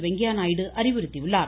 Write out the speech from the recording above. வெங்கைய்யா நாயுடு அறிவுறுத்தி உள்ளார்